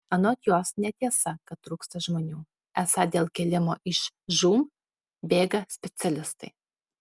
anot jos netiesa kad trūksta žmonių esą dėl kėlimo iš žūm bėga specialistai